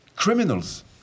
criminals